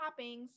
toppings